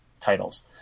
titles